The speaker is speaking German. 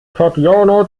tatjana